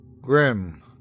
Grim